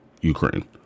Ukraine